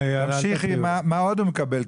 מה עוד הוא מקבל?